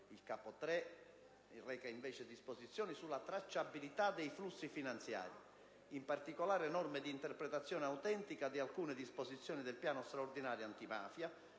Il capo III reca invece disposizioni sulla tracciabilità dei flussi finanziari, in particolare norme di interpretazione autentica di alcune disposizioni del piano straordinario antimafia